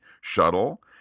shuttle